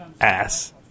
ass